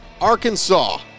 Arkansas